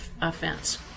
offense